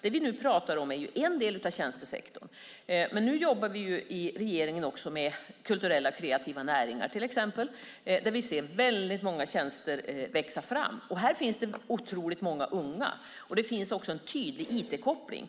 Det vi nu talar om är en del av tjänstesektorn. Men vi i regeringen jobbar också med till exempel kulturella och kreativa näringar. Där ser vi många tjänster växa fram. Här finns det många unga och också en tydlig IT-koppling.